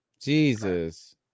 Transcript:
Jesus